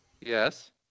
yes